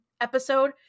episode